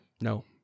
No